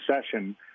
session